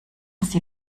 sie